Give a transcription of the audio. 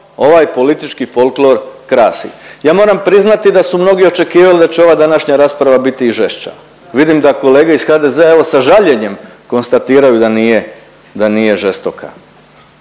ovaj politički folklor krasi. Ja moram priznati da su mnogi očekivali da će ova današnja rasprava biti i žešća. Vidim da kolege iz HDZ-a evo sa žaljenjem konstatiraju da nije žestoka.